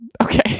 okay